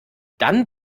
dann